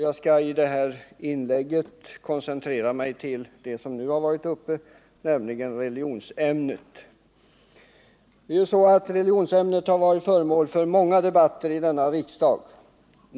Jag skall i detta inlägg koncentrera mig till det som nu senast har varit uppe till diskussion, nämligen religionsämnet. Religionsämnet har varit föremål för många debattinlägg här i riksdagen.